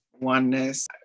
oneness